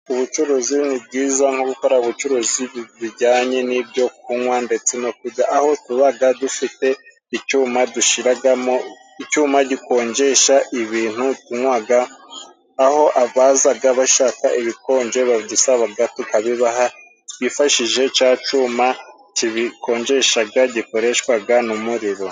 Ubucuruzi ni bwiza nko gukora ubucuruzi bujyanye n'ibyo kunywa ndetse no kurya, aho tubaga dufite icyuma dushiragamo icyuma gikonjesha ibintu tunywaga, aho abazaga bashaka ibikonje babidusabaga tukabibaha twifashije ca cuma kibikonjeshaga gikoreshwaga n'umuririro.